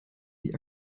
die